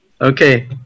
okay